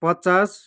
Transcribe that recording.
पचास